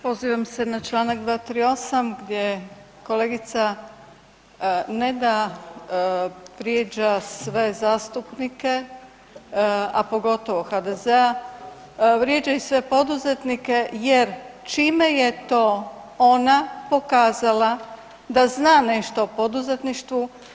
Pozivam se na članak 238. jer kolegica ne da vrijeđa sve zastupnike, a pogotovo HDZ-a, vrijeđa i sve poduzetnike jer čime je to ona pokazala da zna nešto o poduzetništvu.